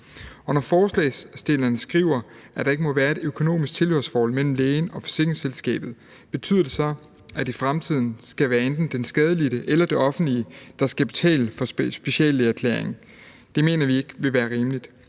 Og når forslagsstillerne skriver, at der ikke må være et økonomisk tilhørsforhold mellem lægen og forsikringsselskabet, betyder det så, at det i fremtiden skal være enten den skadelidte eller det offentlige, der skal betale for speciallægeerklæringen? Det mener vi ikke vil være rimeligt.